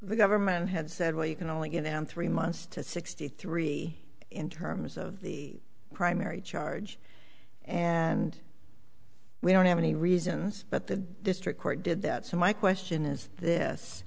the government had said well you can only give them three months to sixty three in terms of the primary charge and we don't have any reasons that the district court did that so my question is this